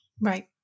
Right